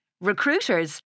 Recruiters